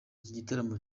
gitaramo